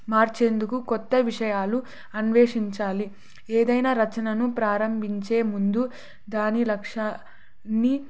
మార్చేందుకు కొత్త విషయాలు అన్వేషించాలి ఏదైనా రచనను ప్రారంభించే ముందు దాని లక్ష్యాన్ని